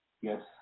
Yes